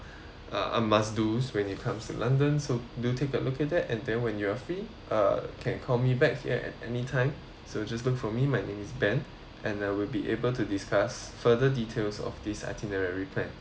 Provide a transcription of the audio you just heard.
uh a must do's when you comes to london so do take a look at that and then when you are free uh can call me back here at anytime so just look for me my name is ben and I will be able to discuss further details of this itinerary plan